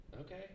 Okay